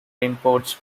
imports